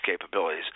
capabilities